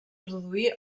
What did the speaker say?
produir